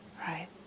right